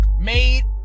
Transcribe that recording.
made